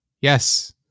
yes